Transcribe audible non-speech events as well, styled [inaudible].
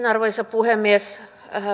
[unintelligible] arvoisa puhemies